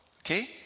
okay